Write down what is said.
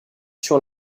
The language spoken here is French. sur